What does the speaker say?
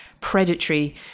Predatory